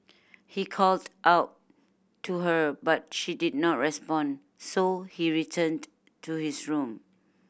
he called out to her but she did not respond so he returned to his room